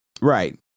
right